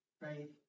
faith